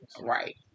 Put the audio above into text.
Right